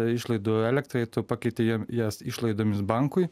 išlaidų elektrai tu pakeiti jam jas išlaidomis bankui